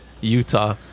Utah